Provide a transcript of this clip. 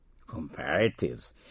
Comparatives